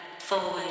forward